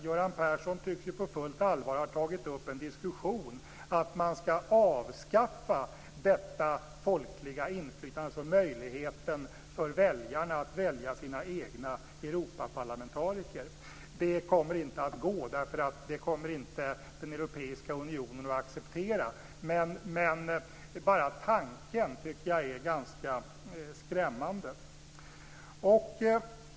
Göran Persson tycks ju på fullt allvar ha tagit upp en diskussion om att man skall avskaffa detta folkliga inflytande, dvs. möjligheten för väljarna att välja sina egna Europaparlamentariker. Det kommer inte att gå, för det kommer inte den europeiska unionen att acceptera. Men bara tanken tycker jag är ganska skrämmande.